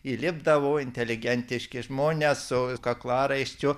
įlipdavo inteligentiški žmonės su kaklaraiščiu